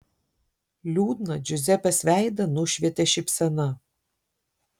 liūdną džiuzepės veidą nušvietė šypsena